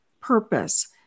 purpose